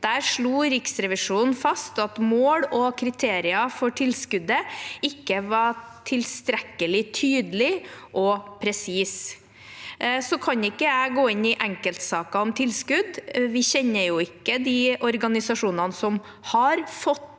Der slo Riksrevisjonen fast at mål og kriterier for tilskuddet ikke var tilstrekkelig tydelig og presist. Jeg kan ikke gå inn i enkeltsaker om tilskudd. Vi kjenner jo ikke de organisasjonene som har fått penger.